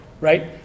right